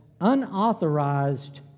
unauthorized